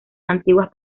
antiguas